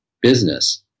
business